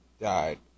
Died